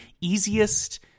easiest